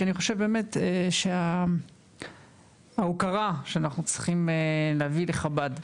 כי אני חושב שבאמת שההוקרה שאנחנו צריכים להביא לחב"ד,